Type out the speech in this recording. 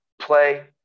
play